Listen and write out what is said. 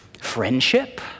friendship